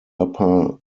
upper